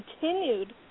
continued